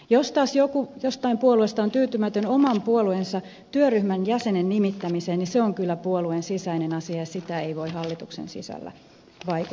jos taas joku jostain puolueesta on tyytymätön oman puolueensa työryhmän jäsenen nimittämiseen se on kyllä puolueen sisäinen asia ja siihen ei voi hallituksen sisältä vaikuttaa